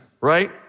right